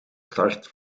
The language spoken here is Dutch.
start